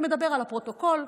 שמדבר על הפרוטוקול,